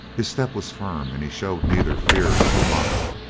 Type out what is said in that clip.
his step was firm, and he showed neither fear nor bravado.